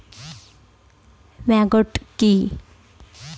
Maggot কি?